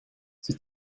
sie